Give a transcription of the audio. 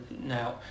now